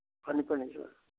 ꯐꯅꯤ ꯐꯅꯤ ꯁꯔ